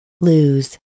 lose